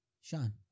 Sean